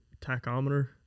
tachometer